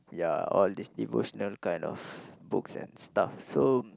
ya all these devotional kind of books and stuff so